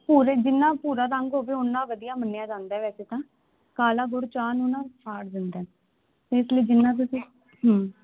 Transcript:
ਭੂਰੇ ਜਿੰਨਾ ਭੂਰਾ ਰੰਗ ਹੋਵੇ ਉਨਾ ਵਧੀਆ ਮੰਨਿਆ ਜਾਂਦਾ ਵੈਸੇ ਤਾਂ ਕਾਲਾ ਗੁਰ ਚਾਹ ਨੂੰ ਨਾ ਸਾੜ ਦਿੰਦਾ ਇਸ ਲਈ ਜਿੰਨਾ ਤੁਸੀਂ